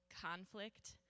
conflict